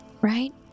right